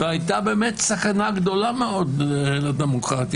הייתה באמת סכנה גדולה מאוד לדמוקרטיה.